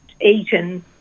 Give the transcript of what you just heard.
eaten